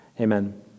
Amen